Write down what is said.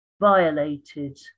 violated